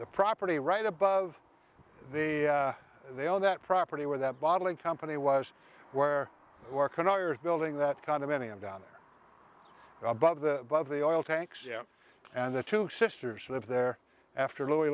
the property right above the they all that property where that bottling company was where work another building that condominium down above the above the oil tanks yeah and the two sisters live there after louis